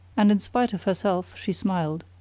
and in spite of herself, she smiled.